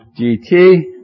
GT